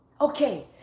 okay